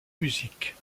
musique